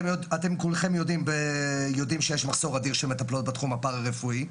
אתם כולכם יודעים שיש מחסור אדיר של מטפלות בתחום הפרא רפואי,